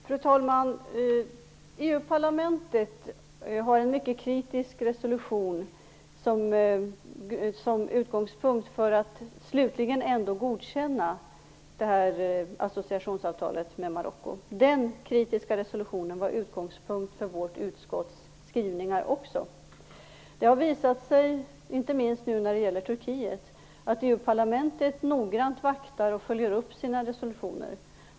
Fru talman! EU-parlamentet har en mycket kritisk resolution som utgångspunkt för att slutligen godkänna associationsavtalet med Marocko. Den kritiska resolutionen var också utgångspunkt för vårt utskotts skrivningar. Det har visat sig, inte minst när det gäller Turkiet, att EU-parlamentet noggrant vaktar och följer upp sina resolutioner.